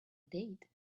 date